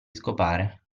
scopare